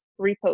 Repost